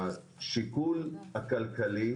השיקול הכלכלי